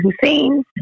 Hussein